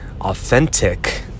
authentic